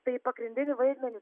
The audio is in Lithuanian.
tai pagrindinį vaidmenį